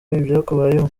ibyakubayeho